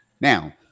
Now